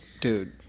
dude